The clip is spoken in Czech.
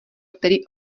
který